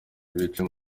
biciwe